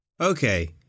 Okay